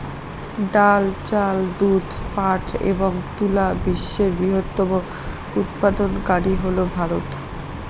ডাল, চাল, দুধ, পাট এবং তুলা বিশ্বের বৃহত্তম উৎপাদনকারী হল ভারত